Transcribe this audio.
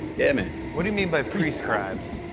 yeah, man. what do you mean by pre-scribes?